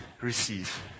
receive